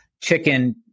chicken